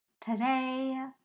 today